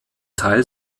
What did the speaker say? teil